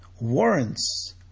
warrants